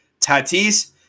Tatis